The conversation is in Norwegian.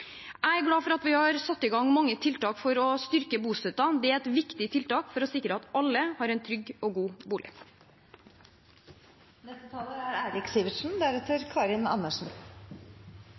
Jeg er glad for at vi har satt i gang mange tiltak for å styrke bostøtten. Det er et viktig tiltak for å sikre at alle har en trygg og god